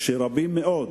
שרבים מאוד